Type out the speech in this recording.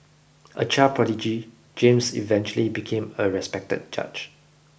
a child prodigy James eventually became a respected judge